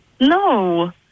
No